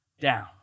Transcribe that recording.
down